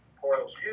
portals